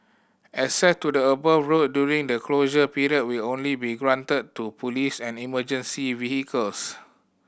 access to the above road during the closure period will only be granted to police and emergency vehicles